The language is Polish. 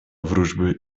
wróżby